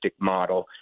model